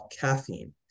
caffeine